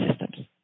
systems